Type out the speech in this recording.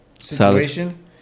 situation